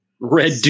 Red